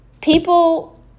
People